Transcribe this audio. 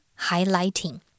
highlighting